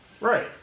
Right